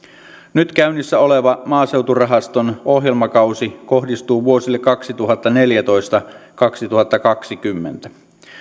nyt käynnissä oleva maaseuturahaston ohjelmakausi kohdistuu vuosille kaksituhattaneljätoista viiva kaksituhattakaksikymmentä